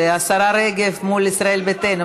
השרה רגב מול ישראל ביתנו.